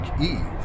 Eve